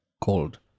called